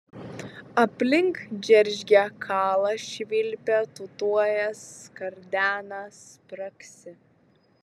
aplink džeržgia kala švilpia tūtuoja skardena spragsi